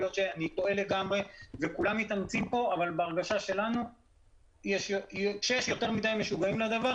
להיות אני טועה וכולם מתאמצים כשיש יותר מדי משוגעים לדבר,